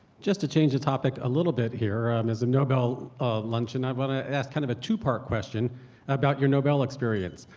just to change the topic a little bit here as a nobel luncheon, i want to ask kind of a two part question about your nobel experience.